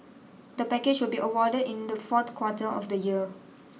the package will be awarded in the fourth quarter of the year